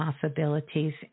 possibilities